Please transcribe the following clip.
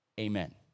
amen